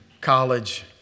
college